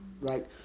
Right